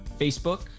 Facebook